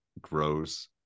grows